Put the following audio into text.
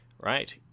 right